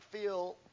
feel